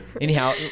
anyhow